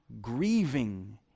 grieving